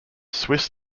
swiss